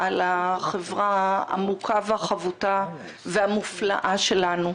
על החברה המוכה והחבוטה והמופלאה שלנו.